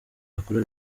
akora